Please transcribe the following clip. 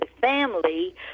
family